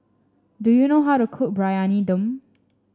do you know how to cook Briyani Dum